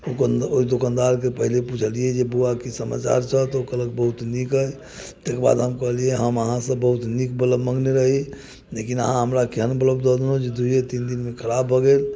ओहि दोकानदारकेँ पहिले पुछलियै जे बौआ की समाचार छह तऽ ओ कहलक बहुत नीक अइ तकर बाद हम कहलियै हम अहाँसँ बहुत नीक बल्ब मङ्गने रही लेकिन अहाँ हमरा केहन बल्ब दऽ देलहुँ जे दुइए तीन दिनमे खराब भऽ गेल